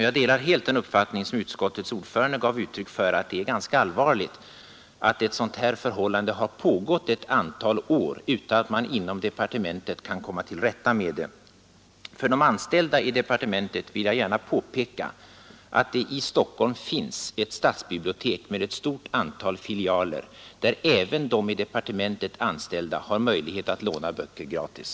Jag delar helt den uppfattning som utskottets ordförande gav uttryck för: Det är ganska allvarligt att ett sådant här förhållande har pågått ett antal år utan att man inom departementet kan komma till rätta med det. För de anställda i departementet vill jag gärna påpeka att det i Stockholm finns ett stadsbibliotek med ett stort antal filialer, där även de i departementet anställda har möjlighet att låna böcker gratis.